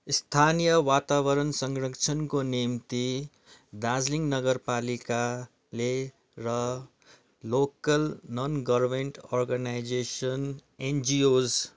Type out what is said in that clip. स्थानीय वातावरण संरक्षणको निम्ति दार्जिलिङ नरगपालिकाले र local non government organisation NGOs